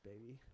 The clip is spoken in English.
baby